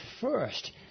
first